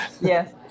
Yes